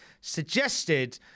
suggested